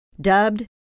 Dubbed